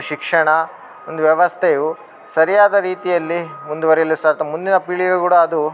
ಶಿಕ್ಷಣ ಒಂದು ವ್ಯವಸ್ಥೆಯು ಸರಿಯಾದ ರೀತಿಯಲ್ಲಿ ಮುಂದುವರೆಯಲು ಸಾಧ್ಯ ಮುಂದಿನ ಪೀಳಿಗೆ ಕೂಡ ಅದು